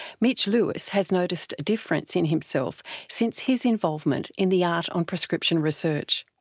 mitch lewis has noticed a difference in himself since his involvement in the arts on prescription research.